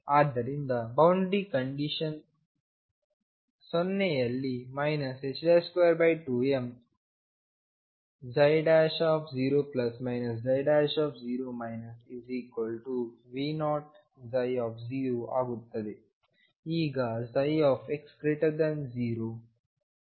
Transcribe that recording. ಆದ್ದರಿಂದ boundary condition 0 ಯಲ್ಲಿ 22m0 0 V0ψ ಆಗುತ್ತದೆ